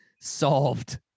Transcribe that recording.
solved